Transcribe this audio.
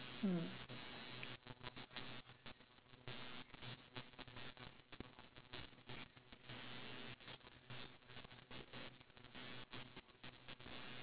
mm